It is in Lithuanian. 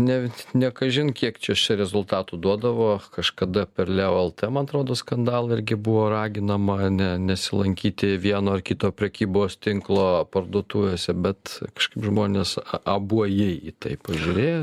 ne ne kažin kiek čia šie rezultatų duodavo kažkada per levaltą man atrodo skandalai irgi buvo raginama ne nesilankyti vieno ar kito prekybos tinklo parduotuvėse bet kažkaip žmonės abuojai į tai pažiūrėjo